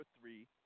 three